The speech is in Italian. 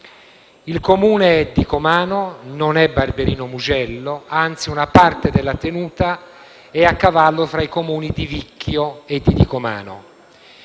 Il Comune di Dicomano non è Barberino di Mugello; anzi, una parte della tenuta è a cavallo fra i Comuni di Vicchio e di Dicomano: